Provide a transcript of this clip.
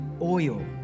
oil